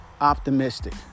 Optimistic